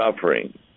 suffering